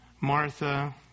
Martha